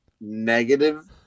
negative